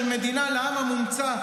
של מדינה לעם המומצא,